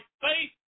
faith